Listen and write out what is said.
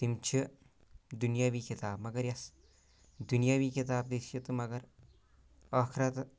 تِم چھِ دُنیٲوِی کِتاب مَگر یُس دُنیٲوِی کِتاب تہِ چھِ مگر ٲخرَتہٕ